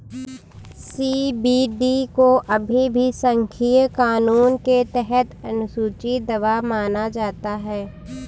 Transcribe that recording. CBD को अभी भी संघीय कानून के तहत अनुसूची दवा माना जाता है